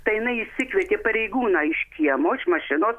tai jinai išsikvietė pareigūną iš kiemo iš mašinos